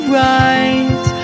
right